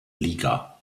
liga